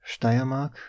Steiermark